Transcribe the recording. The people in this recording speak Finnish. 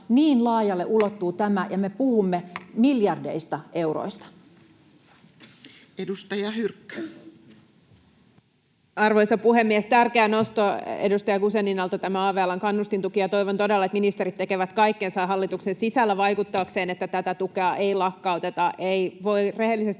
eduskunnalle valtion talousarvioksi vuodelle 2024 Time: 11:50 Content: Arvoisa puhemies! Tärkeä nosto edustaja Guzeninalta tämä av-alan kannustintuki, ja toivon todella, että ministerit tekevät kaikkensa hallituksen sisällä vaikuttaakseen siihen, että tätä tukea ei lakkauteta. Ei voi rehellisesti